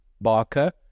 Barker